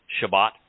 Shabbat